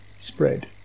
spread